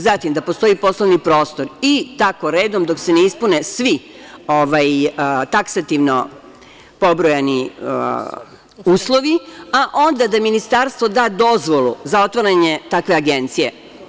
Zatim, da postoji poslovni prostor i tako redom, dok se ne ispune svi taksativno pobrojani uslovi, a onda da ministarstvo da dozvolu za otvaranje takve agencije.